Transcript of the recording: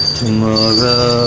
tomorrow